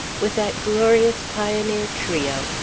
with that glorious pioneer trio,